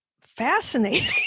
fascinating